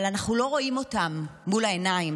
אבל אנחנו לא רואים אותם מול העיניים.